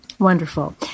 Wonderful